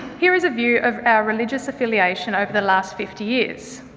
here is a view of our religious affiliation over the last fifty years.